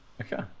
okay